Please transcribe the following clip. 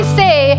say